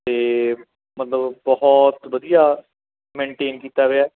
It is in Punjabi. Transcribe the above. ਅਤੇ ਮਤਲਬ ਬਹੁਤ ਵਧੀਆ ਮੇਨਟੇਨ ਕੀਤਾ ਹੋਇਆ